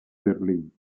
berlín